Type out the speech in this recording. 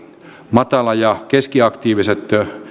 matala ja keskiaktiiviset